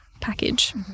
package